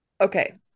Okay